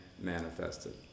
manifested